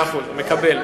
מאה אחוז, מקבל.